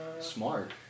Smart